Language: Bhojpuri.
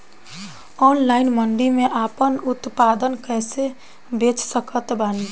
ऑनलाइन मंडी मे आपन उत्पादन कैसे बेच सकत बानी?